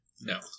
No